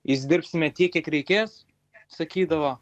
jis dirbsime tiek kiek reikės sakydavo